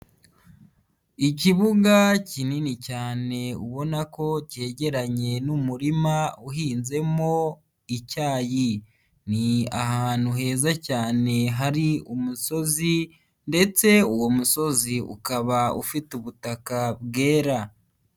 Ikibuga kinini cyane ubona ko cyegeranye n'umurima uhinzemo icyayi, ni ahantu heza cyane hari umusozi ndetse uwo musozi ukaba ufite ubutaka bwera.